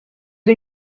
the